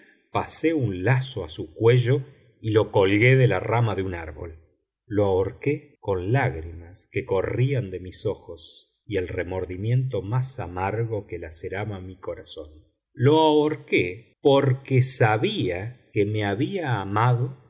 pasé un lazo a su cuello y lo colgué de la rama de un árbol lo ahorqué con lágrimas que corrían de mis ojos y el remordimiento más amargo que laceraba mi corazón lo ahorqué porque sabía que me había amado